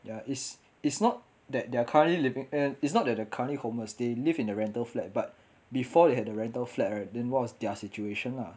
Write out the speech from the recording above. ya it's it's not that they are currently living and it's not that they are currently homeless they live in the rental flat but before they had the rental flat right then what is their situation lah